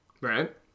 Right